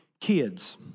kids